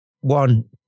One